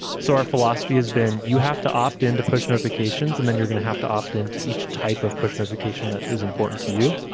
so our philosophy has been you have to opt-in to push notifications and then you're going to have to opt-in to each type of push notification that is important to you.